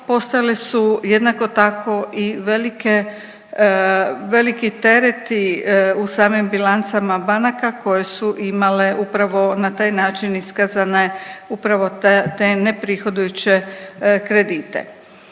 postale su jednako tako i veliki tereti u samim bilancama banaka koje su imale upravo na taj način iskazane upravo te neprihodujuće kredite.